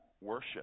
worship